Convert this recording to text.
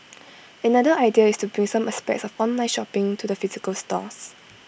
another idea is to bring some aspects of online shopping to the physical stores